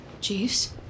Jeeves